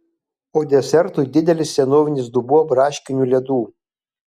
o desertui didelis senovinis dubuo braškinių ledų